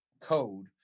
code